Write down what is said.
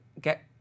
get